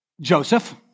Joseph